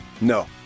No